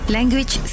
Language